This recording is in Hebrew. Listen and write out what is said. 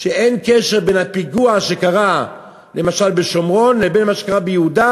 שאין קשר בין הפיגוע שקרה למשל בשומרון לבין מה שקרה ביהודה,